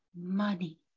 money